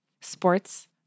sports